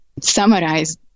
summarize